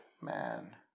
Man